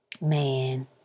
Man